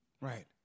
Right